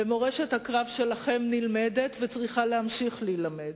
ומורשת הקרב שלכם נלמדת, וצריכה להמשיך להילמד,